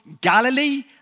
Galilee